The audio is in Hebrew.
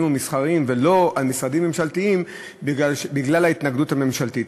ומסחריים ולא משרדים ממשלתיים בגלל ההתנגדות הממשלתית.